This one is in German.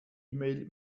mail